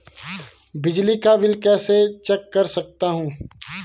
बिजली का बिल कैसे चेक कर सकता हूँ?